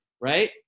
right